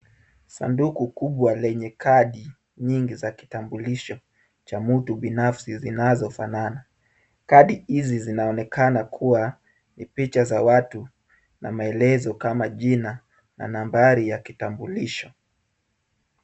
Sanduku kubwa lenye kadi nyingi za kitambulisho cha mtu binafsi zinazofanana. Kadi hizi zinaonekana kuwa ni picha za watu na maelezo kama jina na nambari ya kitambulisho.